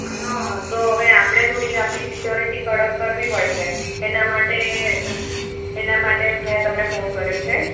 હં તો આપણે થોડી આપણી સિક્યોરિટી થોડીક કડક કરવી પડશે એના માટે એના માટે મેં તમને ફોન કર્યો છે